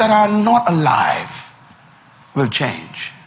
and um not alive will change.